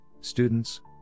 students